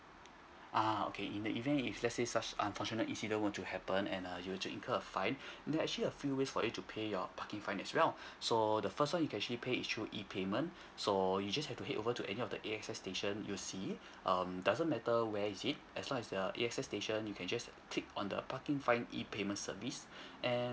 uh okay in the event if lets say such unfortunate incident were to happen and uh you were to incur a fine there's actually a few ways for you to pay your parking fine as well so the first one you can actually pay it through E payment so you just have to head over to any of the A_X_S station you see um doesn't matter where is it as long as it's a A_X_S station you just click on the parking fine E payment service and